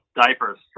diapers